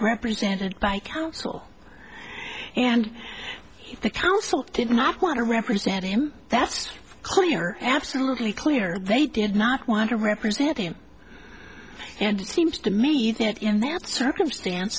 represented by counsel and the counsel did not want to represent him that's clear absolutely clear they did not want to represent him and it seems to me even in that circumstance